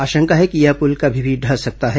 आशंका है कि यह पुल कभी भी ढह सकता है